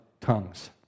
tongues